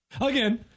again